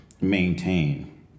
maintain